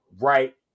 right